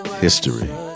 History